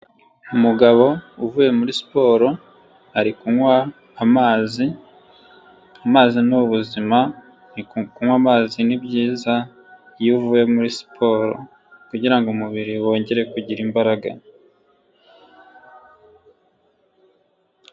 Umugabo uvuye muri siporo ari kunywa amazi. Amazi n'ubuzima, kunywa amazi n'ibyiza iyo uvuye muri siporo kugira ngo umubiri wongere kugira imbaraga.